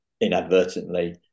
inadvertently